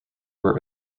were